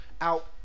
out